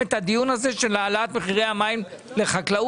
את הדיון הזה של העלאת מחירי המים לחקלאות,